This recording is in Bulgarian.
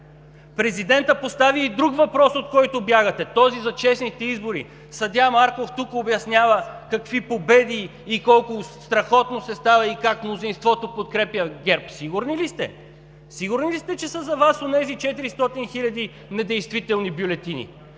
Президентът постави и друг въпрос, от който бягате – този за честните избори. Съдия Марков тук обяснява какви победи и колко страхотно става, и как мнозинството подкрепя ГЕРБ. Сигурни ли сте? Сигурни ли сте, че са за Вас онези 400 хиляди недействителни бюлетини?